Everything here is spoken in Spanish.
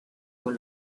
con